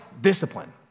discipline